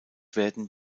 werden